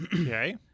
okay